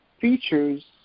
features